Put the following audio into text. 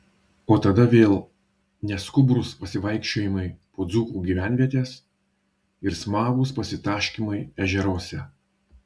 o tada vėl neskubrūs pasivaikščiojimai po dzūkų gyvenvietes ir smagūs pasitaškymai ežeruose